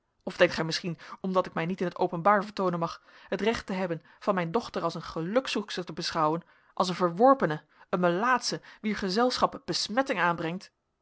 of denkt gij misschien omdat ik mij niet in t openbaar vertoonen mag het recht te hebben van mijn dochter als een gelukzoekster te beschouwen als een verworpene een melaatsche wier gezelschap besmetting aanbrengt